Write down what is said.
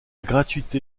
gratuite